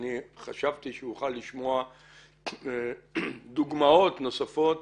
ואני חשבתי שאוכל לשמוע דוגמאות נוספות